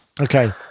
Okay